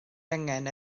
angen